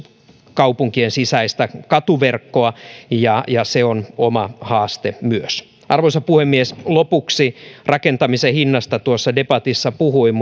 kaupunkien sisäistä katuverkkoa ja se on oma haasteensa myös arvoisa puhemies lopuksi rakentamisen hinnasta tuossa debatissa puhuin